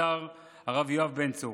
השר הרב יואב בן צור.